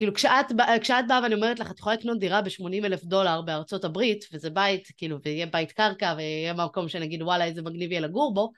כשאת באה ואני אומרת לך, את יכולה לקנות דירה בשמונים אלף דולר בארצות הברית, וזה בית, כאילו, ויהיה בית קרקע, ויהיה מקום שנגיד, וואלה, איזה מגניב יהיה לגור בו,...